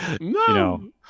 No